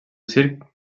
circ